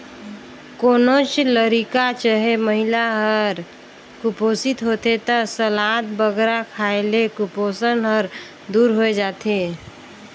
कोनोच लरिका चहे महिला हर कुपोसित होथे ता सलाद बगरा खाए ले कुपोसन हर दूर होए जाथे